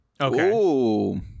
Okay